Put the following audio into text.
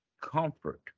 comfort